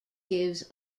gives